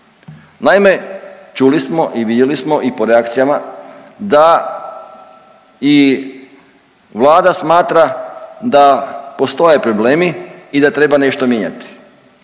Naime, čuli smo i vidjeli smo i po reakcijama da i vlada smatra da postoje problemi i da treba nešto mijenjati,